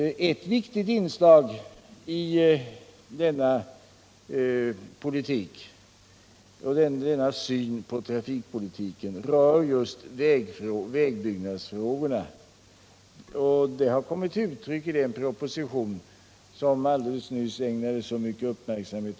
Ett viktigt inslag i denna syn på trafikpolitiken är just vägfrågorna. Detta har kommit till uttryck i den proposition som Kurt Hugosson alldeles nyss ägnade så stor uppmärksamhet.